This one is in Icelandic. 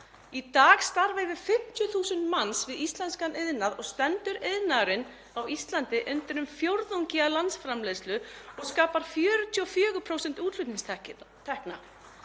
Í dag starfa yfir 50.000 manns við íslenskan iðnað og stendur iðnaðurinn á Íslandi undir um fjórðungi af landsframleiðslu og skapar 44% útflutningstekna.